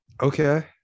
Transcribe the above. Okay